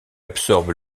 absorbe